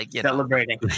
Celebrating